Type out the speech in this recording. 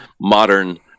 modern